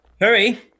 Hurry